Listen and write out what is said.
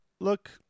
look